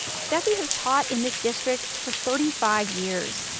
steffe has taught in this district for thirty five years.